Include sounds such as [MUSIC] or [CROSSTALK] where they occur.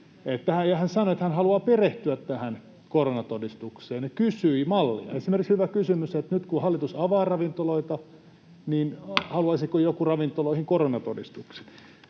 sanoi, että hän haluaa perehtyä tähän koronatodistukseen, ja kysyi mallia. Esimerkiksi hyvä kysymys on, että nyt kun hallitus avaa ravintoloita, [NOISE] haluaisiko joku ravintoloihin koronatodistuksen.